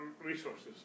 resources